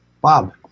Bob